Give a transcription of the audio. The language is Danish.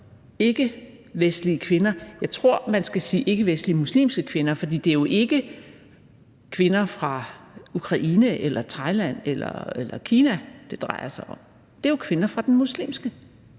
ikkevestlige kvinder, men jeg tror, man skal sige ikkevestlige muslimske kvinder, for det er jo ikke kvinder fra Ukraine eller Thailand eller Kina, det drejer sig om; det er jo kvinder fra den muslimske